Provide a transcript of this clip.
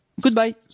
Goodbye